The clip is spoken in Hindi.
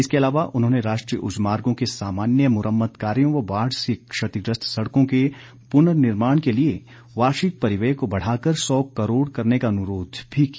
इसके अलावा उन्होंने राष्ट्रीय उच्च मार्गो के सामान्य मुरम्मत कार्यों व बाढ़ से क्षतिग्रस्त सडकों के पुर्ननिर्माण के लिए वार्षिक परिव्यय को बढ़ाकर सौ करोड़ करने का अनुरोध भी किया